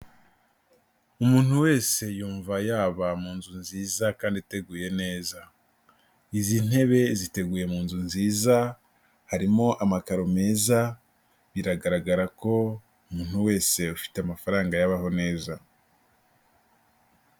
Umuntu wese yumva yaba mu nzu nziza kandi iteguye neza, izi ntebe ziteguye mu nzu nziza, harimo amakaro meza, biragaragara ko umuntu wese ufite amafaranga yabaho neza.